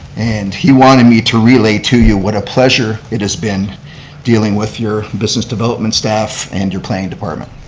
and he wanted me to relay to you what a pleasure it has been dealing with your business development staff and your planning department.